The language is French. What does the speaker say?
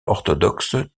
orthodoxe